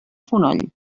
fonoll